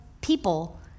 people